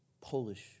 Polish